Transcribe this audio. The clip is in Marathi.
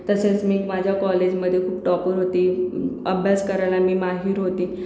तसंच मी माझ्या कॉलेजमध्ये खूप टॉपर होती अभ्यास करायला मी माहीर होती